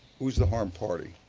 who's the harmed party